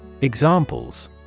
Examples